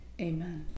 Amen